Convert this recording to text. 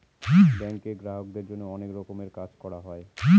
ব্যাঙ্কে গ্রাহকদের জন্য অনেক রকমের কাজ করা হয়